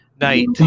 night